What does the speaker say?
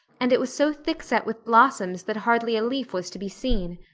and it was so thick-set with blossoms that hardly a leaf was to be seen.